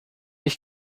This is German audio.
ich